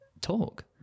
talk